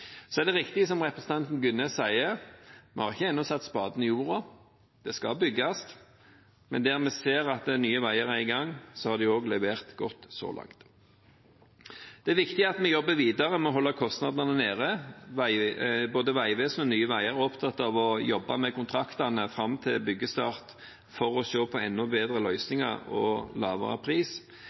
så mange positive resultater av en veireform som fire partier var for, men som opposisjonen var imot. Dette er ett av bevisene på at det var fornuftig å gjøre det vi planla i utgangspunktet. Det er riktig som representanten Gunnes sier: Vi har ikke ennå satt spaden i jorda, og det skal bygges. Men der vi ser at Nye Veier er i gang, har de også levert godt så langt. Det er viktig at vi jobber videre med å holde kostnadene nede. Både Vegvesenet og